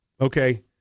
okay